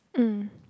mm